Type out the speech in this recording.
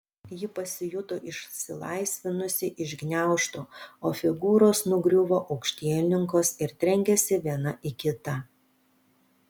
ji pasijuto išsilaisvinusi iš gniaužtų o figūros nugriuvo aukštielninkos ir trenkėsi viena į kitą